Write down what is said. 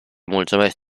mulțumesc